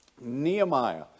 Nehemiah